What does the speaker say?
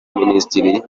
y’abaminisitiri